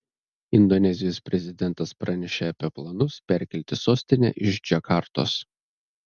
indonezijos prezidentas pranešė apie planus perkelti sostinę iš džakartos